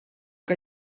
que